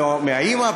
מהאימא,